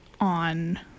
on